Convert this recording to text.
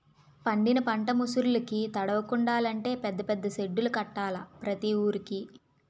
పండిన పంట ముసుర్లుకి తడవకుండలంటే పెద్ద పెద్ద సెడ్డులు కట్టాల ప్రతి వూరికి